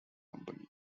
company